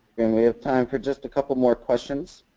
and we have time for just a couple more questions.